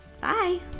Bye